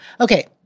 Okay